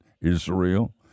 Israel